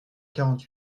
quarante